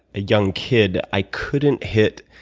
a young kid. i couldn't hit,